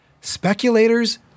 speculators